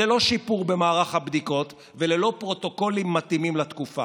ללא שיפור במערך הבדיקות וללא פרוטוקולים מתאימים לתקופה.